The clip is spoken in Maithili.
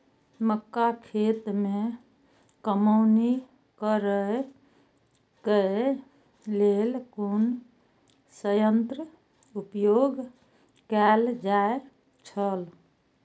मक्का खेत में कमौनी करेय केय लेल कुन संयंत्र उपयोग कैल जाए छल?